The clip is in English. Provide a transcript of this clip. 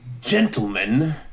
gentlemen